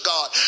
God